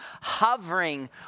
hovering